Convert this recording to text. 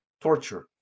torture